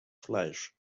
fleisch